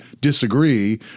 disagree